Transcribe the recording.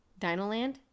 Dinoland